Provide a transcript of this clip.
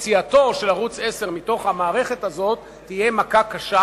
יציאתו של ערוץ-10 מתוך המערכת הזאת תהיה מכה קשה,